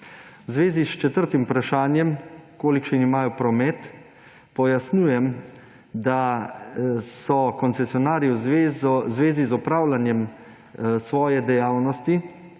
V zvezi s četrtim vprašanjem, kolikšen promet imajo, pojasnjujem, da so koncesionarji v zvezi z opravljanjem svoje dejavnosti